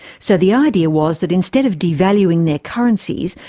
so the idea was that instead of devaluing their currencies,